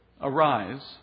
Arise